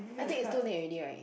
I think it's too late already right